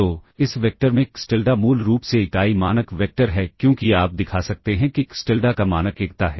तो इस वेक्टर में xTilda मूल रूप से इकाई मानक वेक्टर है क्योंकि आप दिखा सकते हैं कि xTilda का मानक एकता है